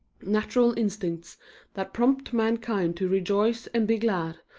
natural instincts that prompt mankind to rejoice and be glad,